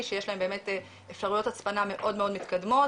שיש להם אפשרויות הצפנה מאוד מתקדמות,